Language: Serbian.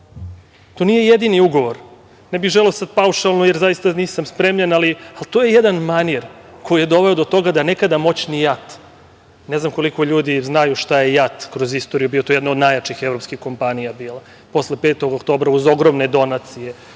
To nije jedini ugovor. Ne bih želeo sada paušalno, zaista nisam spremljen, ali to je jedan manir koji je doveo do toga da nekada moćni JAT, ne znam koliko ljudi znaju šta je JAT kroz istoriju bio, to je bila jedna od najjačih kompanija bila. Posle 5. oktobra uz ogromne donacije,